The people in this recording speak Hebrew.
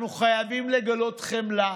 אנחנו חייבים לגלות חמלה,